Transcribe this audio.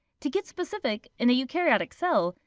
to get specific, in a eukaryotic cell,